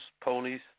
ponies